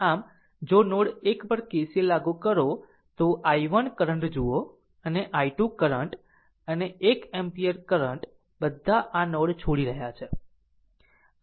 આમ જો નોડ 1 પર KCL લાગુ કરો તો આ i1 કરંટ જુઓ અને i 2 કરંટ અને 1 એમ્પીયર કરંટ બધા આ નોડ છોડી રહ્યા છે